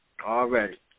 Already